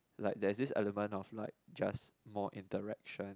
like there's this element of like just more interaction